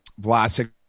vlasic